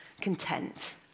content